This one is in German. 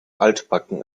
altbacken